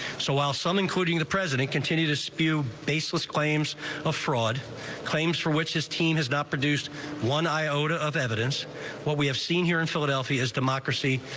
so while some including the president continue to spew baseless claims a fraud claims for which his team has not produced one iota of evidence what we have seen here in philadelphia is democracy,